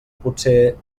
potser